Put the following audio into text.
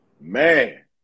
Man